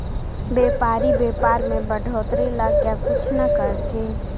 व्यापारी व्यापार में बढ़ोतरी ला क्या कुछ न करथिन